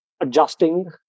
adjusting